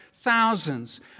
thousands